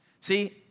See